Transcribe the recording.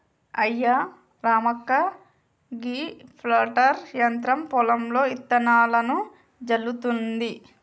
అయ్యా రామక్క గీ ప్లాంటర్ యంత్రం పొలంలో ఇత్తనాలను జల్లుతుంది